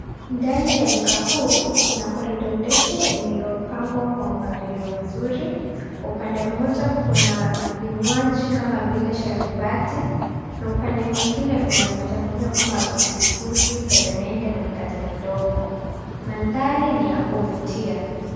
Ndani ya duka kuu, kuna korido ndefu iliyopangwa kwa mpangilio mzuri. Kwa upande mmoja kuna vinywaji kama vile sharubati na upande mwingine kuna vitafunio kama biskuti, peremende na mikate midogo. Mandhari ni ya kuvutia.